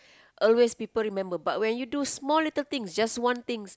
always people remember but when you do small little things just one thing